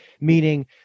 meaning